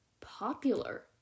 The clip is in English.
popular